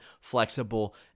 flexible